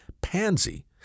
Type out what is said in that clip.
Pansy